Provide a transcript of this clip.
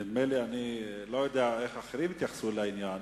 אני לא יודע איך אחרים התייחסו לעניין,